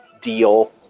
deal